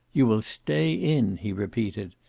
you will stay in, he repeated,